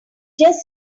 just